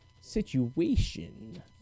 situation